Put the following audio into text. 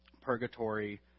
purgatory